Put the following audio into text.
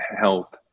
health